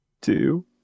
Two